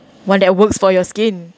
one that works for your skin